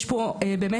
יש פה באמת,